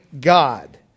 God